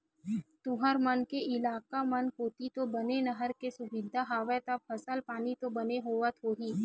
तुंहर मन के इलाका मन कोती तो बने नहर के सुबिधा हवय ता फसल पानी तो बने होवत होही?